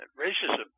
racism